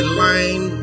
line